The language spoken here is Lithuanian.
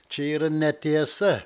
čia yra netiesa